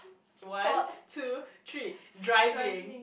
one two three driving